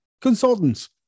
consultants